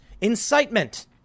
Incitement